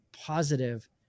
positive